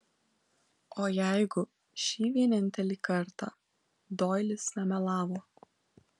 o jeigu šį vienintelį kartą doilis nemelavo